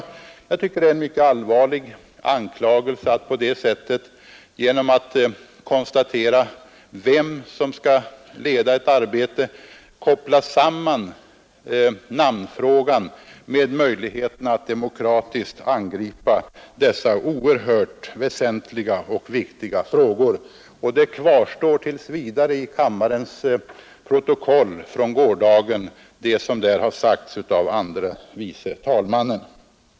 Jag tycker att det är en mycket allvarlig anklagelse att på det sättet genom att konstatera vem som skall leda ett arbete koppla samman namnfrågan med möjligheten att demokratiskt angripa dessa oerhört väsentliga och viktiga frågor. Det som sagts av fru andre vice talmannen kvarstår tills vidare i kammarens protokoll från gårdagen.